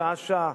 שעה-שעה,